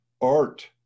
art